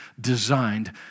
designed